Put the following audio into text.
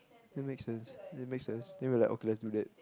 that make sense that make sense then we were like okay let's do that